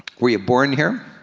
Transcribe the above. were you born here?